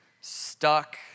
stuck